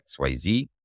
XYZ